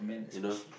you know